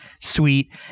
sweet